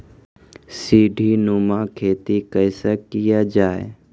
सीडीनुमा खेती कैसे किया जाय?